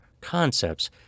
concepts